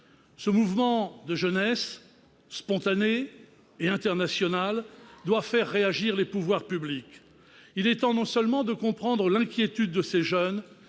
Ce mouvement de la jeunesse, spontané et international, doit faire réagir les pouvoirs publics. Il est temps de comprendre, non seulement l'inquiétude de ces jeunes,